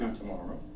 Tomorrow